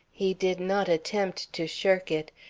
he did not attempt to shirk it.